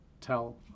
tell